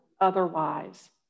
otherwise